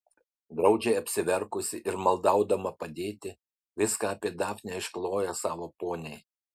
graudžiai apsiverkusi ir maldaudama padėti viską apie dafnę išklojo savo poniai